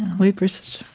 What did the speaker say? we persist.